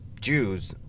Jews